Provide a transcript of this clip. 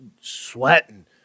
sweating